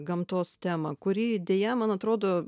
gamtos temą kuri deja man atrodo